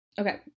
Okay